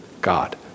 God